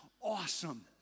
awesome